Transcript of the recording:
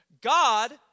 God